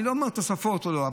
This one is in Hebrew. אני לא אומר תוספות או לא,